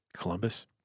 Columbus